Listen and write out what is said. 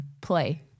play